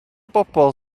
bobl